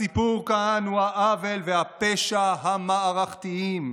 הסיפור כאן הוא העוול והפשע המערכתיים: